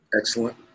Excellent